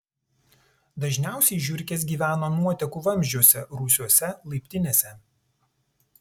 dažniausiai žiurkės gyvena nuotekų vamzdžiuose rūsiuose laiptinėse